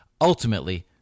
ultimately